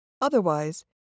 Otherwise